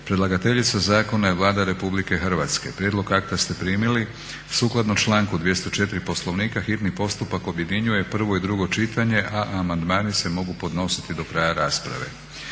Predlagateljica zakona je Vlada RH. Prijedlog akta ste primili. Sukladno članku 204. Poslovnika hitni postupak objedinjuje prvo i drugo čitanje, a amandmani se mogu podnositi do kraja rasprave.